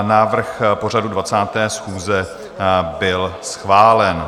Návrh pořadu 20. schůze byl schválen.